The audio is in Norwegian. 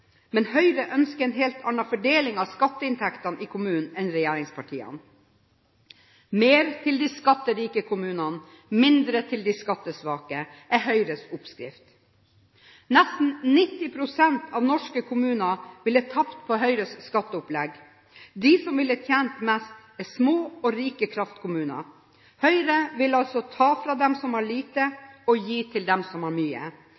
Men Høyre ønsker en helt annen fordeling av skatteinntektene i kommunene enn regjeringspartiene. Mer til de skatterike kommunene og mindre til de skattesvake er Høyres oppskrift. Nesten 90 pst. av norske kommuner ville tapt på Høyres skatteopplegg. De som ville tjent mest, er små og rike kraftkommuner. Høyre vil altså ta fra dem som har lite, og gi til dem som har mye.